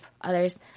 others